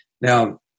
Now